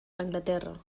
anglaterra